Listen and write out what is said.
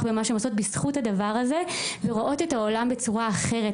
במה שהן עושות בזכות הדבר הזה ורואות את העולם בצורה אחרת,